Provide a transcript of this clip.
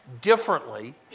differently